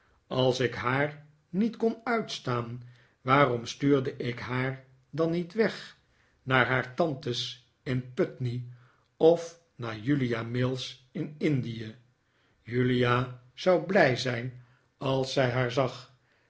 als ik haar niet kon uitstaan waarom stuurde ik haar dan niet weg naar haar tantes in putney of naar julia mills in indie julia zou blij zijn als zij haar zag